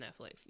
Netflix